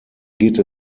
geht